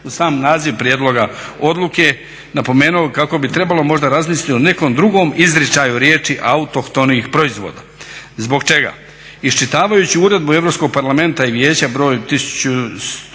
sam naziv prijedloga odluke. Napomenuo bih kako bi trebalo možda razmisliti o nekom drugom izričaju riječi autohtonih proizvoda. Zbog čega? Iščitavajući uredbu Europskog parlamenta i vijeća broj 1151